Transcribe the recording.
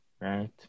right